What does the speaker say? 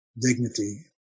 dignity